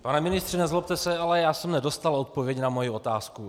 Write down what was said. Pane ministře, nezlobte se, ale já jsem nedostal odpověď na svoji otázku.